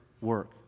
work